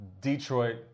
Detroit